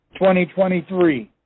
2023